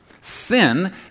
Sin